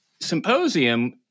symposium